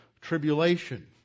tribulation